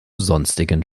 sonstigen